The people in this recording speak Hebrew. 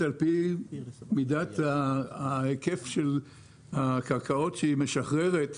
על פי היקף הקרקעות שהיא משחררת בכלל,